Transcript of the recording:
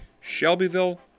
Shelbyville